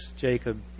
Jacob